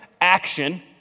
action